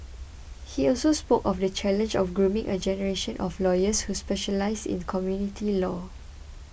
he also spoke of the challenge of grooming a generation of lawyers who specialise in community law